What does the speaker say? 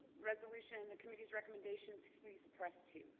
resolution and the committee's recommendation please press two